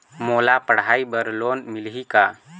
मोला पढ़ाई बर लोन मिलही का?